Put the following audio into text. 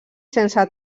sense